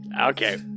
Okay